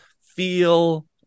feel